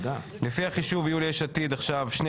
לפי החישוב יהיו ליש עתיד עכשיו שני